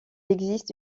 existe